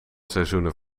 seizoenen